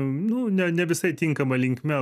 nu ne ne visai tinkama linkme